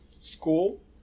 school